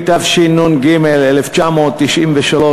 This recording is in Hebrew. התשנ"ג 1993,